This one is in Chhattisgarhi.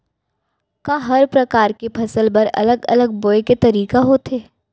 का हर प्रकार के फसल बर अलग अलग बोये के तरीका होथे?